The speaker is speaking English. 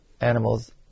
animals